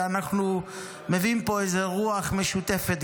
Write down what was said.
ואנחנו מביאים פה איזה רוח משותפת,